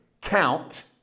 count